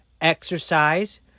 Exercise